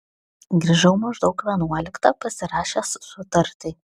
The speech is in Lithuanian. grįžau maždaug vienuoliktą pasirašęs sutartį